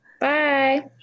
Bye